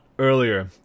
Earlier